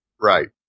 Right